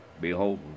behold